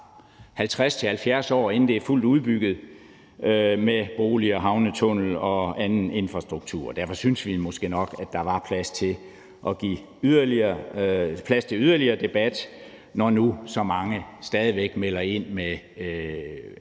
50-70 år, inden det er fuldt udbygget med boliger, havnetunnel og anden infrastruktur. Derfor synes vi måske nok, at der er tid til at give plads til yderligere debat, når nu så mange stadig væk melder ind med